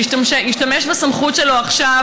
שישתמש בסמכות שלו עכשיו,